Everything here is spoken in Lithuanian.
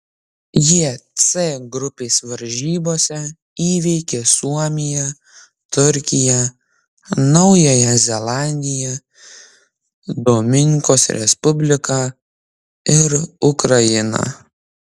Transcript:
jie c grupės varžybose įveikė suomiją turkiją naująją zelandiją dominikos respubliką ir ukrainą